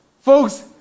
Folks